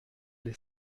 les